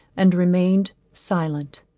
and remained silent.